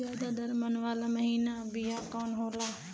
ज्यादा दर मन वाला महीन बिया कवन होला?